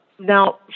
Now